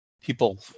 people